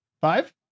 Five